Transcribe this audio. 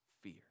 fear